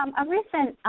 um a recent